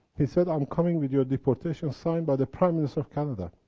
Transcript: he said, i'm coming with your deportation signed by the prime minister of canada.